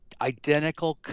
identical